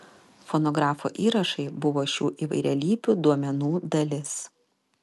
fonografo įrašai buvo šių įvairialypių duomenų dalis